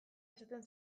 esaten